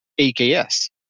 AKS